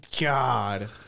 God